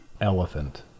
Elephant